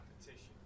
competition